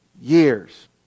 years